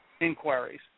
inquiries